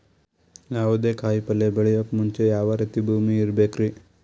ಯಾವುದೇ ಕಾಯಿ ಪಲ್ಯ ಬೆಳೆಯೋಕ್ ಮುಂಚೆ ಯಾವ ರೀತಿ ಭೂಮಿ ಇರಬೇಕ್ರಿ?